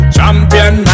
Champion